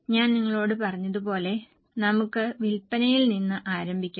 ഞാൻ നിങ്ങളോട് പറഞ്ഞതുപോലെ നമുക്ക് വിൽപ്പനയിൽ നിന്ന് ആരംഭിക്കാം